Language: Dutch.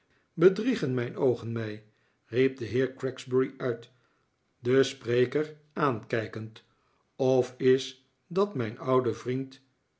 bedriegen mijn oogen mij riep de heer gregsbury uit den spreker aankijkend of is dat mijn oude vriend